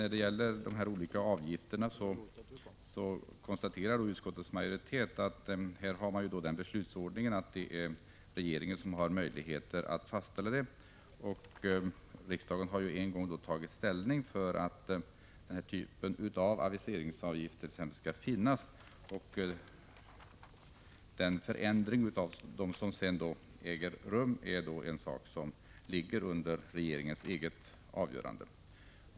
Utskottsmajoriteten konstaterar att det enligt gällande beslutsordning ankommer på regeringen att fastställa storleken av administrationsoch aviseringsavgifterna. Riksdagen har en gång tagit ställning för att exempelvis denna typ av aviseringsavgifter skall finnas, och därefter är det regeringens sak att avgöra vilka förändringar av avgifternas storlek som skall vidtas.